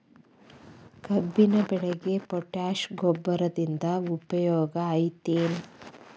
ಕಬ್ಬಿನ ಬೆಳೆಗೆ ಪೋಟ್ಯಾಶ ಗೊಬ್ಬರದಿಂದ ಉಪಯೋಗ ಐತಿ ಏನ್?